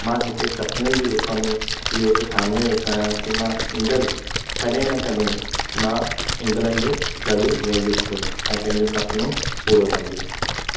मां हिकु सुपिने जे रूप में इहो हिकु ठाने वेठो आहियां की मां ईंदड़ कॾहिं न कॾहिं मां इंग्लैंड ज़रूरु वेंदुसि ऐं पंहिं सुपिनो पूरो कंदुसि